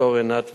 ד"ר עינת וילף,